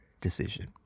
decision